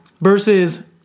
versus